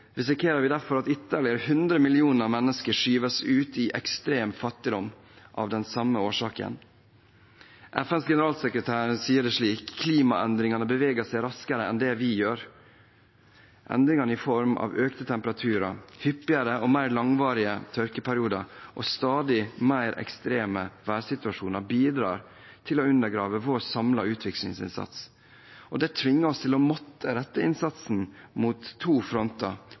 risikerer vi derfor at ytterligere 100 millioner mennesker skyves ut i ekstrem fattigdom av den samme årsaken. FNs generalsekretær sier det slik: Klimaendringene beveger seg raskere enn det vi gjør. Endringene i form av økte temperaturer, hyppigere og mer langvarige tørkeperioder og stadig mer ekstreme værsituasjoner bidrar til å undergrave vår samlede utviklingsinnsats. Dette tvinger oss til å måtte rette innsatsen mot to fronter.